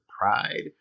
pride